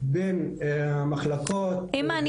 צריכים להרחיב את המעגל --- חאלד,